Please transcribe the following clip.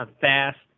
fast